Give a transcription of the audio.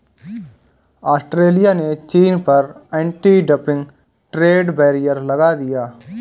Australia ने चीन पर एंटी डंपिंग ट्रेड बैरियर लगा दिया